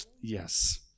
Yes